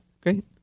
great